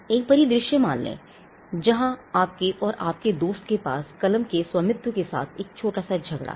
एक परिदृश्य मान लें जहां आपके और आपके दोस्त के पास कलम के स्वामित्व के साथ एक छोटा सा झगड़ा है